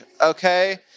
Okay